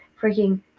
freaking